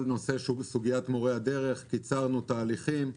כל נושא סוגיית מורי הדרך קיצרנו תהליכים.